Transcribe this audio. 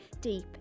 deep